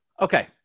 okay